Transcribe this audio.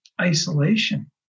isolation